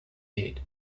did